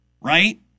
right